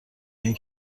این